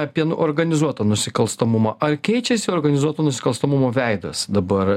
apie n organizuotą nusikalstamumą ar keičiasi organizuoto nusikalstamumo veidas dabar